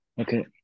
Okay